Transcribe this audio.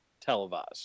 televised